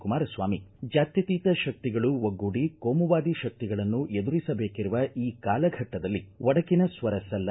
ಕುಮಾರಸ್ವಾಮಿ ಜಾತ್ಯತೀತ ಶಕ್ತಿಗಳು ಒಗ್ಗೂಡಿ ಕೋಮುವಾದಿ ಶಕ್ತಿಗಳನ್ನು ಎದುರಿಸಬೇಕಿರುವ ಈ ಕಾಲಘಟ್ಟದಲ್ಲಿ ಒಡಕಿನ ಸ್ವರ ಸಲ್ಲ